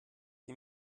sie